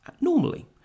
normally